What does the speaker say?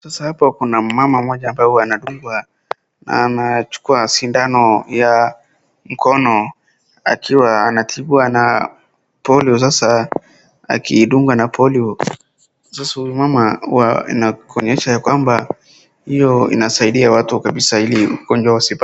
Sasa hapo kuna mmama ambapo anadungwa anachukua sindano ya mkono akiwa anatibu na polio akidunga na polio. Sasa huyu mmama anakuonyesha ya kwamba hiyo inasaidia watu kabisa ili mgonjwa wasi..[.]